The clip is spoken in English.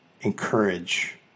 encourage